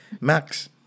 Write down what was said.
max